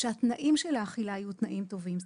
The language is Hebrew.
שהתנאים של האכילה יהיו תנאים טובים.